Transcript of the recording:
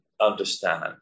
understand